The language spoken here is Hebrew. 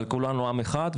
אבל כולנו עם אחד,